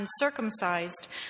uncircumcised